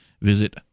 Visit